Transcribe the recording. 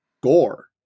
gore